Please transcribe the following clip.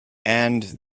and